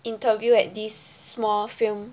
interview at this small film